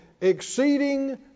Exceeding